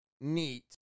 neat